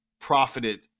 profited